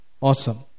Awesome